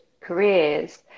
careers